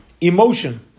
emotion